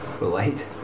relate